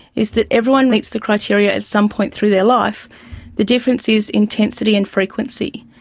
is that everyone meets the criteria at some point through their life the difference is intensity and frequency.